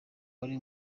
wari